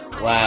Wow